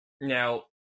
Now